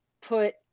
put